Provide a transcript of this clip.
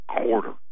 quarter